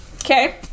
Okay